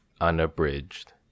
Unabridged